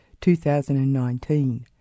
2019